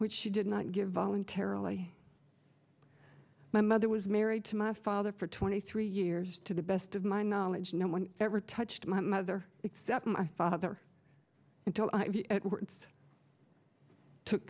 which she did not give voluntarily my mother was married to my father for twenty three years to the best of my knowledge no one ever touched my mother except my father until